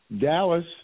Dallas